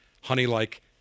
honey-like